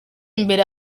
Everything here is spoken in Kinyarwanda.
imbere